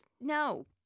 No